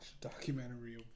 documentary